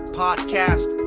podcast